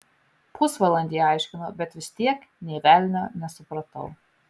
pusvalandį aiškino bet vis tiek nė velnio nesupratau